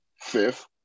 Fifth